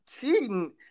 Cheating